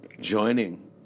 joining